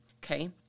okay